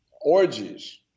orgies